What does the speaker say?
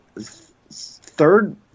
third